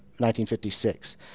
1956